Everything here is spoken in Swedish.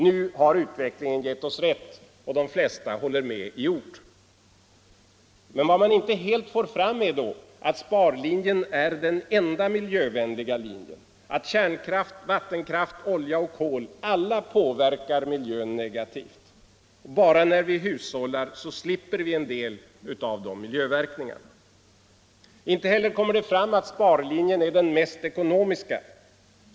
Nu har utvecklingen gett oss rätt, och de festa håller med i ord. Men vad man inte helt får fram är då att sparlinjen är den enda miljövänliga linjen, att kärnkraft, vattenkraft, olja, kol, alla påverkar miljön negativt. Bara när vi hushållar slipper vi en del av de miljöverkningarna. Inte heller kommer det fram att sparlinjen är den mest ekonomiska linjen.